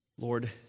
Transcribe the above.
Lord